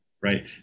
right